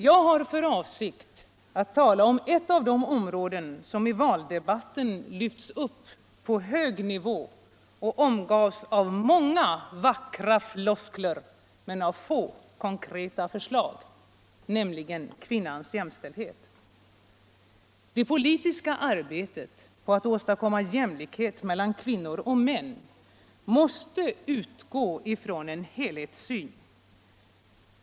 Jag har för avsikt att tala om ett av de områden som i valdebatten lyftes upp på hög nivå och omgavs av många vackra floskler men av få konkreta förslag, nämligen kvinnans jämställdhet. | Det politiska arbetet på att åstadkomma jämlikhet mellan kvinnor och AI/mähpo[itisk debatt - i: Allmänpolitisk debatt män måste utgå ifrån en helhetssyn.